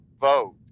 vote